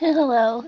Hello